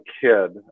kid